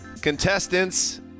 contestants